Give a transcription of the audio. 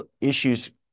issues